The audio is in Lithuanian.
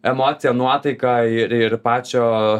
emociją nuotaiką ir ir pačio